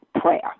prayer